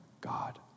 God